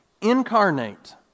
incarnate